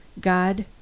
God